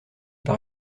par